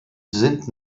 sind